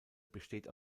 besteht